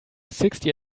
sixty